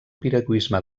piragüisme